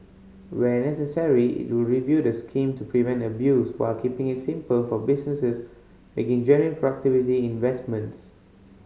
where necessary it will review the scheme to prevent abuse while keeping it simple for businesses making genuine productivity investments